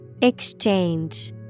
Exchange